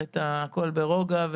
הכול ברוגע,